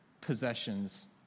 possessions